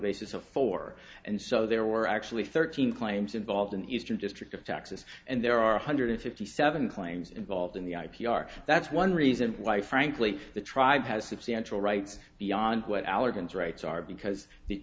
basis of four and so there were actually thirteen claims involved in eastern district of texas and there are one hundred fifty seven claims involved in the i p r that's one reason why frankly the tribe has substantial right beyond what allergens rights are because the